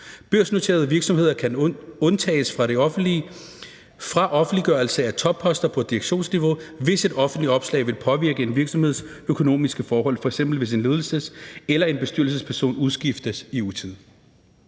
Børsnoterede virksomheder kan undtages fra offentliggørelse af topposter på direktionsniveau, hvis et offentligt opslag vil påvirke en virksomheds økonomiske forhold, f.eks. hvis en ledelses- eller en bestyrelsesperson udskiftes i utide.